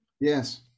Yes